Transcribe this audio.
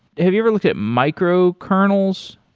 have you ever looked at micro kernels?